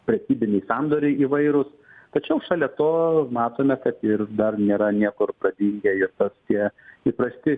prekybiniai sandoriai įvairūs tačiau šalia to matome kad ir dar nėra niekur pradingę ir tas tie įprasti